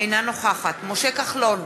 אינה נוכחת משה כחלון,